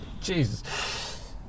Jesus